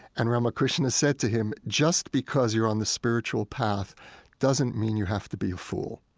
and ramakrishna said to him, just because you're on the spiritual path doesn't mean you have to be a fool.